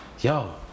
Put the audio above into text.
yo